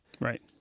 Right